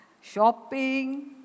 shopping